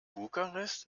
bukarest